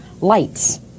lights